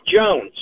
Jones